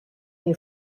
you